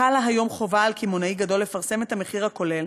חלה היום חובה על קמעונאי גדול לפרסם את המחיר הכולל